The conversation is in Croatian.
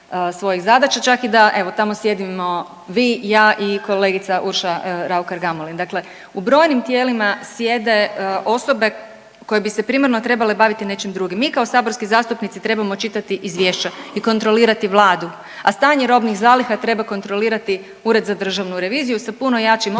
svojih zadaća čak i da evo tamo sjedimo vi, ja i kolegica Urša Raukar Gamulin. Dakle, u brojnim tijelima sjede osobe koje bi se primarno trebale baviti nečim drugim. Mi kao saborski zastupnici trebamo čitati izvješća i kontrolirati vladu, a stanje robnih zaliha treba kontrolirati Ured za državu reviziju sa puno jačim ovlastima